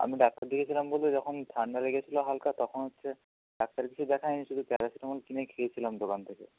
আমি ডাক্তার দেখিয়েছিলাম বলতে যখন ঠান্ডা লেগেছিলো হালকা তখন হচ্ছে ডাক্তার কিছু দেখাই নি শুধু প্যারাসিটামল কিনে খেয়েছিলাম দোকান থেকে